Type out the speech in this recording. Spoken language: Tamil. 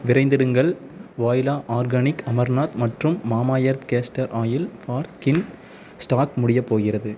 விரைந்திடுங்கள் வொய்லா ஆர்கானிக் அமர்னாத் மற்றும் Mamaearth castor oil for skin stock முடியப் போகிறது